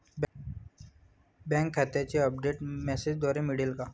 Bank खात्याचे update मेसेजद्वारे मिळेल का?